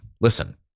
Listen